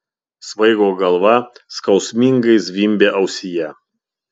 svaigo galva skausmingai zvimbė ausyje